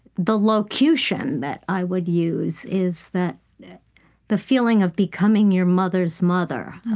the locution that i would use is that the feeling of becoming your mother's mother.